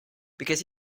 because